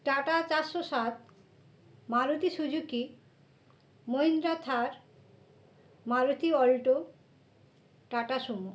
tata চারশো সাত Maruti Suzuki Mahindra Thar Maruti Alto Tata Sumo